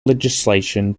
legislation